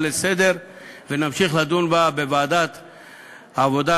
לסדר-היום ונמשיך לדון בה בוועדת העבודה,